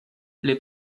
les